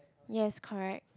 yes correct